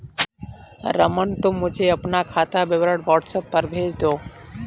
रमन, तुम मुझे अपना खाता विवरण व्हाट्सएप पर भेज दो